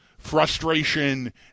frustration